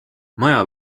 maja